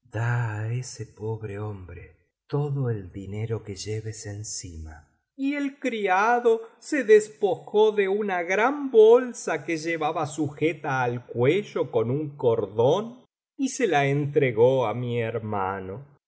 ese pobre hombre todo el dinero que lleves encima y el criado se despojó de una gran bolsa que llevaba sujeta al cuello con un cordón y se la entregó á mi hermano y